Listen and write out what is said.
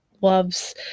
loves